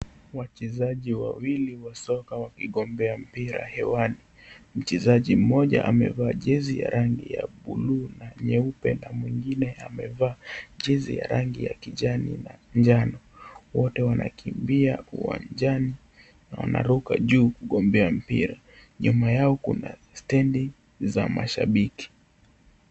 Wachezaji wawili wa soka wakigombea mpira hewani. Mchezaji mmoja amevaa jezi ya rangi ya bluu na nyeupe na mwingine amevaa jezi rangi ya kijani na njano. Wote wanakimbia uwanjani, na wanaruka juu kugombea mpira. Nyuma yao kuna stendi za mashabiki.